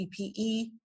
PPE